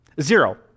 Zero